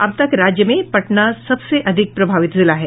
अब तक राज्य में पटना सबसे अधिक प्रभावित जिला है